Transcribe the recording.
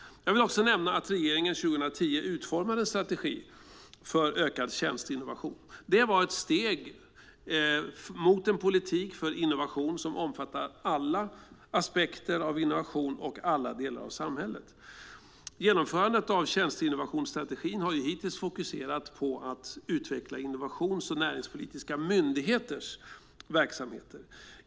Jag vill också nämna att regeringen 2010 utformade en strategi för ökad tjänsteinnovation. Det var ett steg mot en politik för innovation som omfattar alla aspekter av innovation och alla delar av samhället. Genomförandet av tjänsteinnovationsstrategin har hittills fokuserat på att utveckla innovations och näringspolitiska myndigheters verksamheter.